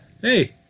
hey